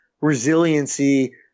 resiliency